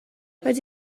rydw